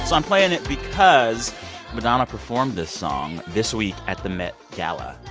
so i'm playing it because madonna performed this song this week at the met gala.